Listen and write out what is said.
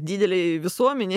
didelėj visuomenėj